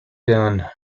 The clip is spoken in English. done